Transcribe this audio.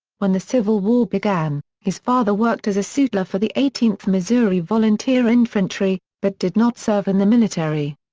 when the civil war began, his father worked as a sutler for the eighteenth missouri volunteer infantry, but did not serve in the military.